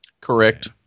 Correct